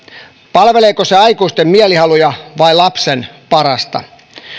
palveleeko se aikuisten mielihaluja vai lapsen parasta